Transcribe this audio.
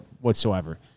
whatsoever